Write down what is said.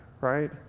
right